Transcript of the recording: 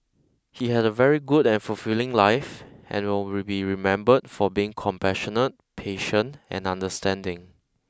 he had a very good and fulfilling life and will be remembered for being compassionate patient and understanding